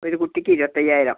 ഒരു കുട്ടിക്ക് ഇരുപത്തിയയ്യായിരം